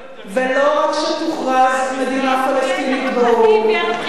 ולא רק שתוכרז מדינה פלסטינית באו"ם,